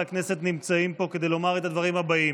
הכנסת נמצאים פה כדי לומר את הדברים הבאים: